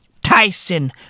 Tyson